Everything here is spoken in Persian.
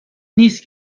نیست